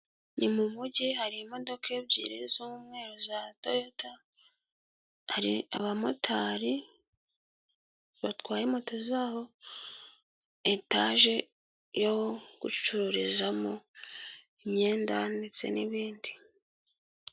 Ni mu mujyi hari imodoka ebyiri z'mweru za Toyota, hari abamotari batwaye moto zaho, etage yo gucururizamo imyenda ndetse n'ibindi.